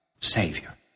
Savior